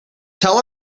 tell